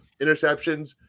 interceptions